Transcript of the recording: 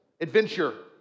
Adventure